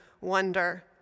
wonder